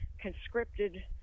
conscripted